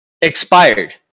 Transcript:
expired